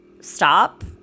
stop